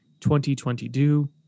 2022